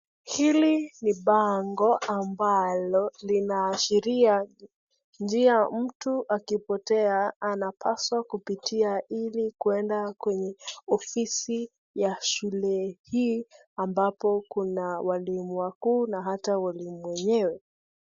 Hili ni bango ambalo linaashiria njia mtu akipotea mtu anapaswa kupitia ili kwenda kwenye ofisi ya shule hii ambapo kuna walimu wakuu na hata walimu wenyewe.